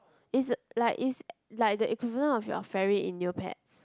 is like is like the equivalent of your fairy in Neopets